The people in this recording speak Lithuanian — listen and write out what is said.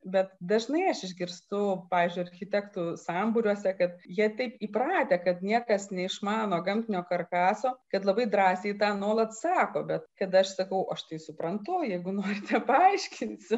bet dažnai aš išgirstu pavyzdžiui architektų sambūriuose kad jie taip įpratę kad niekas neišmano gamtinio karkaso kad labai drąsiai tą nuolat sako bet kada aš sakau aš tai suprantu jeigu norite paaiškinsiu